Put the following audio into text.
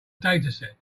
dataset